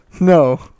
No